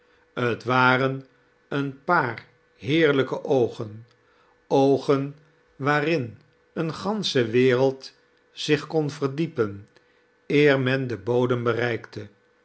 t waren een paar heerlijke oogen oogen waarin eene gansohe wereld zich kon verdiepen eer men den bodem bereikte